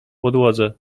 podłodze